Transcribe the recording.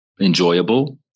enjoyable